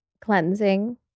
cleansing